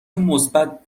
مثبت